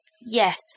Yes